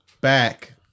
back